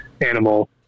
animal